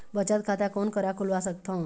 बचत खाता कोन करा खुलवा सकथौं?